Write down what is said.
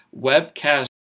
webcast